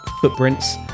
footprints